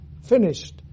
finished